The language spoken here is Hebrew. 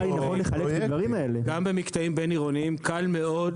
גם במקטעים בין-עירוניים קל מאוד